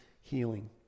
healing